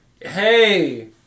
hey